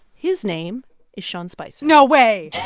his name is sean spicer no way